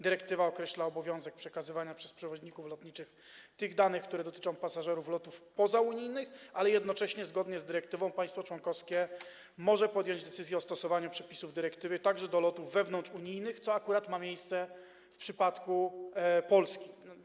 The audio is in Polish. Dyrektywa określa obowiązek przekazywania przez przewoźników lotniczych tych danych, które dotyczą pasażerów lotów pozaunijnych, ale jednocześnie - zgodnie z dyrektywą - państwo członkowskie może podjąć decyzję o stosowaniu przepisów dyrektywy także do lotów wewnątrzunijnych, co akurat ma miejsce w przypadku Polski.